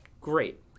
great